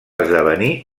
esdevenir